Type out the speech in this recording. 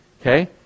okay